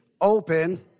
open